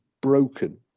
broken